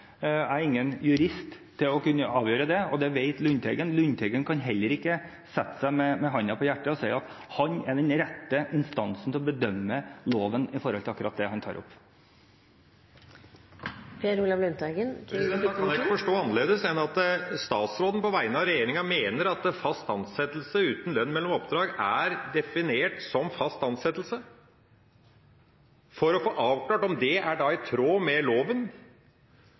Jeg er ingen jurist, som kan avgjøre det, og det vet representanten Lundteigen, som heller ikke kan si med hånda på hjertet at han er den rette instansen til å bedømme loven med hensyn til det han tar opp. Da kan jeg ikke forstå det annerledes enn at statsråden på vegne av regjeringa mener at fast ansettelse uten lønn mellom oppdrag er definert som fast ansettelse. For å få avklart om det er i tråd med loven